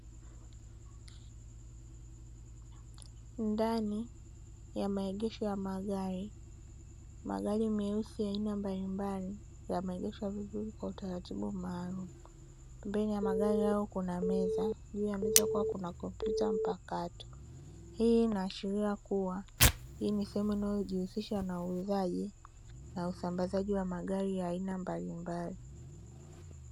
Ndani ya maegesho ya magari, magari meusi ya aina mbalimbali yameegeshwa vizuri kwa utaratibu maalumu. Mbele ya magari hayo kuna meza, juu ya meza kuna kompyuta mpakato. Hii inaashiria kuwa, hii ni sehemu inayojihusisha na uuzaji na usambazaji wa magari ya aina mbalimbali.